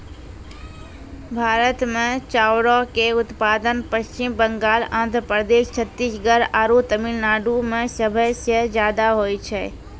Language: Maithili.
भारत मे चाउरो के उत्पादन पश्चिम बंगाल, आंध्र प्रदेश, छत्तीसगढ़ आरु तमिलनाडु मे सभे से ज्यादा होय छै